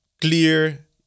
clear